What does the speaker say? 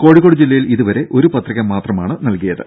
കോഴിക്കോട് ജില്ലയിൽ ഇതുവരെ ഒരു പത്രിക മാത്രമാണ് ലഭിച്ചത്